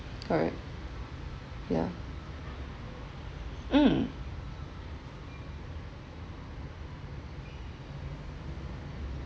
correct yeah mm